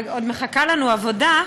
ועוד מחכה לנו עבודה.